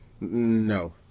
No